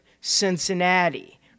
Cincinnati